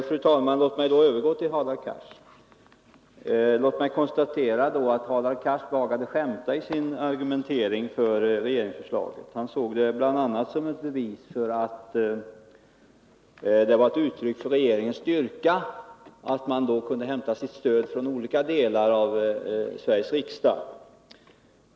Fru talman! Låt mig då övergå till att bemöta Hadar Cars. Låt mig konstatera att Hadar Cars behagade skämta i sin argumentering för regeringsförslaget. Han såg det bl.a. som ett uttryck för regeringens styrka att den kan hämta stöd från olika delar av Sveriges riksdag.